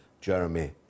Jeremy